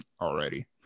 already